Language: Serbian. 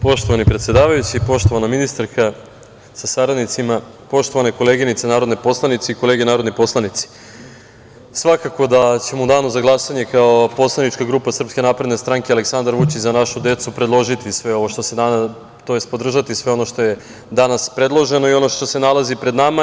Poštovani predsedavajući, poštovana ministarka sa saradnicima, poštovane koleginice narodne poslanice i kolege narodni poslanici, svakako da ćemo u danu za glasanje kao poslanička grupa Srpske napredne stranke, Aleksandar Vučić – Za našu decu, podržati sve ono što je danas predloženo i ono što se nalazi pred nama.